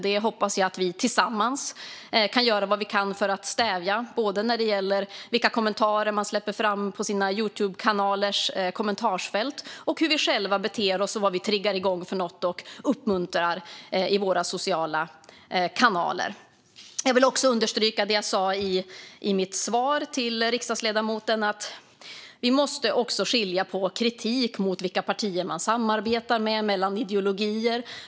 Det hoppas jag att vi tillsammans kan göra vad vi kan för att stävja när det gäller både vilka kommentarer man släpper fram i sina Youtubekanalers kommentarsfält och hur vi själva beter oss och vad vi triggar igång och uppmuntrar i våra sociala kanaler. Jag vill också understryka det jag sa i mitt svar till riksdagsledamoten - att vi också måste skilja på kritik mot vilka partier man samarbetar med och mot ideologier.